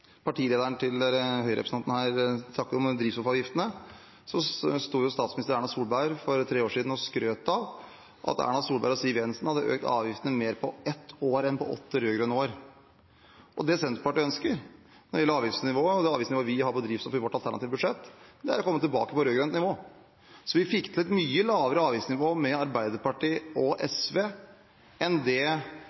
det som Høyre-representanten her snakker om, drivstoffavgiftene, sto partileder Erna Solberg for tre år siden og skrøt av at hun og Siv Jensen hadde økt avgiftene mer på ett år enn på åtte rød-grønne år. Det Senterpartiet ønsker når det gjelder avgiftsnivået, og det avgiftsnivået vi har for drivstoff i vårt alternative budsjett, er å komme tilbake på rød-grønt nivå. Så vi fikk til et mye lavere avgiftsnivå med Arbeiderpartiet og SV enn det